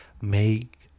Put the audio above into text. make